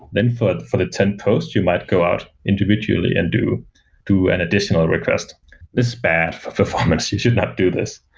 then for for the ten posts, you might go out individually and do do an additional request. this is bad for performance. you should not do this.